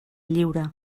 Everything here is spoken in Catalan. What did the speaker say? lliure